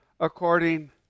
According